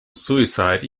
suicide